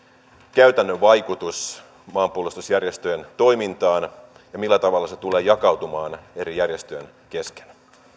käytännön vaikutus maanpuolustusjärjestöjen toimintaan ja millä tavalla se tulee jakautumaan eri järjestöjen kesken arvoisa